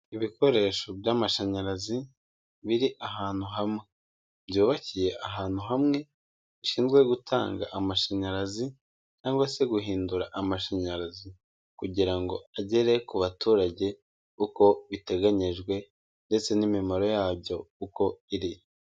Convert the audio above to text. Ibikoresho by'amashanyarazi biri ahantu hamwe, byubakiye ahantu hamwe, bishinzwe gutanga amashanyarazi cyangwa se guhindura amashanyarazi kugira ngo agere ku baturage uko biteganyijwe ndetse n'imimaro yabyo uko iri.